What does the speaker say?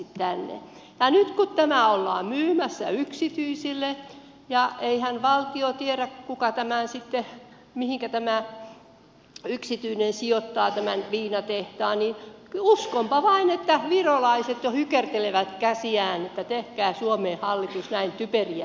ja nyt kun tämä ollaan myymässä yksityisille ja eihän valtio tiedä mihinkä tämä yksityinen taho sijoittaa tämän viinatehtaan niin uskonpa vain että virolaiset jo hykertelevät käsiään että tehkää suomen hallitus näin typeriä temppuja